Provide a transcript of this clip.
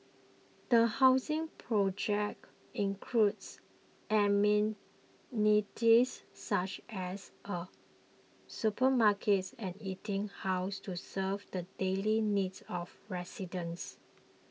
the housing project includes amenities such as a supermarkets and eating house to serve the daily needs of residents